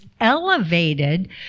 elevated